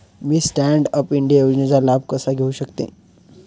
मी stand up India योजनेचा लाभ कसा घेऊ शकते